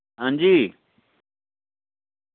हांजी